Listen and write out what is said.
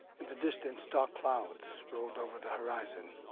in the distance, dark clouds rolled over the horizon,